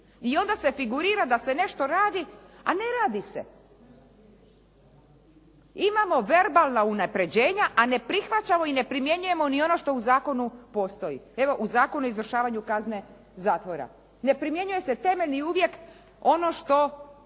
I onda se figurira da se nešto radi, a ne radi se. Imamo verbalna unapređenja, a ne prihvaćamo i ne primjenjujemo ni ono što u zakonu postoji. Evo u Zakonu o izvršavanju kazne zatvora ne primjenjuje se temeljni uvjet, ono što mora